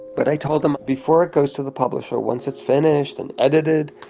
but i told them, before it goes to the publisher, once it's finished and edited,